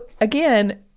again